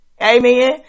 Amen